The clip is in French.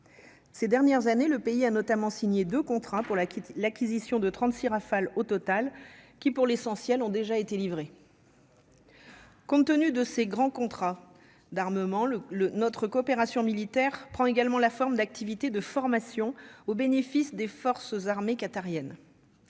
ces dernières années, le pays a notamment signé de contrat pour la quitter l'acquisition de 36 Rafale au total qui pour l'essentiel, ont déjà été livrés. Compte tenu de ces grands contrats d'armement, le le notre coopération militaire prend également la forme d'activités de formation au bénéfice des forces armées qatarienne